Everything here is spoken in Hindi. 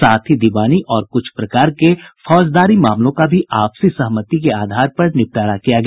साथ ही दीवानी और कुछ प्रकार के फौजदारी मामलों का भी आपसी सहमति के आधार पर निपटारा किया गया